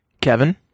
Kevin